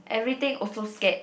everything also scared